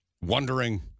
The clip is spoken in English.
Wondering